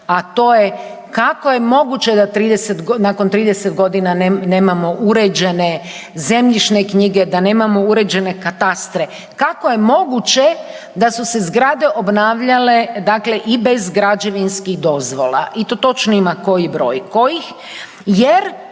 a to je kako je moguće da nakon 30 godina nemamo uređene zemljišne-knjige, da nemamo uređene katastre? Kako je moguće da su se zgrade obnavljale dakle i bez građevinskih dozvola i to točno ima koji broj kojih